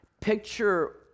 picture